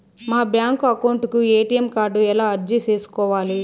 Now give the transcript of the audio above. మా bank account కు ATM card ఎలా అర్జీ సేసుకోవాలి?